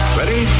Ready